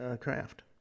craft